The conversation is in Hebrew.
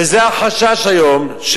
וזה החשש שלנו היום.